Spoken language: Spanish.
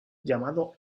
llamado